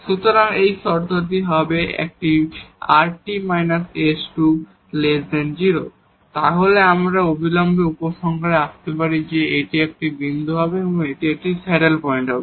সুতরাং এই শর্তটি যদি এই rt − s2 0 হয় তাহলে আমরা অবিলম্বে উপসংহারে আসতে পারি যে এটি একটি বিন্দু হবে এটি একটি স্যাডেল পয়েন্ট হবে